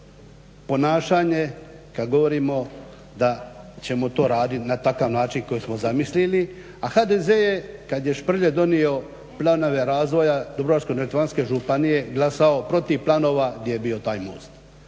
Dubrovačko-neretvanske županije glasao protiv planova gdje je bio taj most.